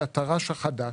שהתר"ש החדש,